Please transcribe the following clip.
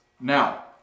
Now